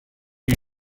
you